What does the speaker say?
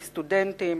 לסטודנטים,